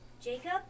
jacob